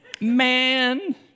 Man